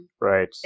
right